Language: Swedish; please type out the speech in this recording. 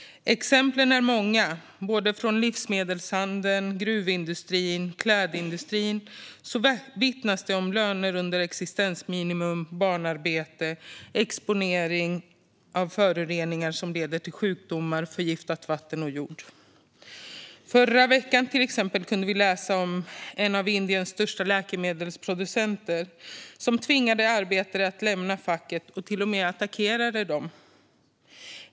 Exemplen är många. Från livsmedelshandeln, gruvindustrin och klädindustrin vittnas det om löner under existensminimum, barnarbete och exponering för föroreningar som leder till sjukdomar, förgiftat vatten och förgiftad jord. Till exempel kunde vi förra veckan läsa att en av Indiens största läkemedelsproducenter tvingade arbetare att lämna facket och till och medattackerade arbetare.